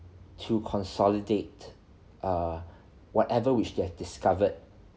to consolidate err whatever which they've discovered